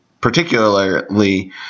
particularly